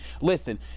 Listen